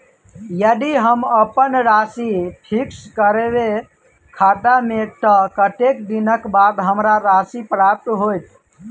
यदि हम अप्पन राशि फिक्स करबै खाता मे तऽ कत्तेक दिनक बाद हमरा राशि प्राप्त होइत?